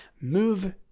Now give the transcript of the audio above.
move